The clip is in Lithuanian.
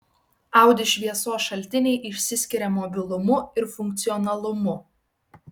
audi šviesos šaltiniai išsiskiria mobilumu ir funkcionalumu